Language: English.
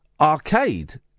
arcade